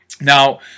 Now